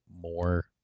more